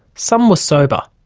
some were sober,